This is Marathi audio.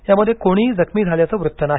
यामध्ये कोणीही जखमी झाल्याचं वृत्त नाही